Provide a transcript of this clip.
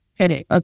Okay